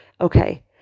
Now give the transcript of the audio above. Okay